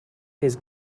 his